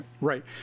right